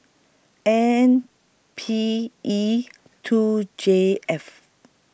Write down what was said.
N P E two J F